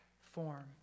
form